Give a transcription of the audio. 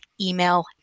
email